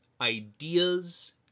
ideas